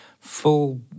full